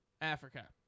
Africa